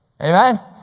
Amen